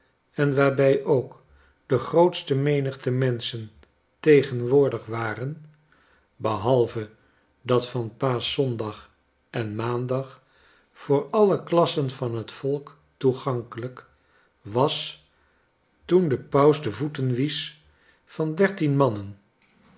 en waarbij ook de grootste menigte menschen tegenwoordig waren behalye dat van paaschzondag en maandag voor alle klassen van het volk toegankelyk was toen de paus de voeten wiesch van dertien mannen